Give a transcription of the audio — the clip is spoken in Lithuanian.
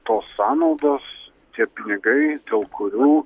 tos sąnaudos tie pinigai dėl kurių